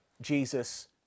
Jesus